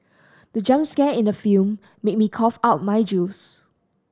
the jump scare in the film made me cough out my juice